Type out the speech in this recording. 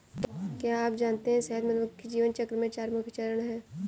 क्या आप जानते है शहद मधुमक्खी जीवन चक्र में चार मुख्य चरण है?